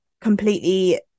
completely